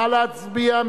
נא להצביע.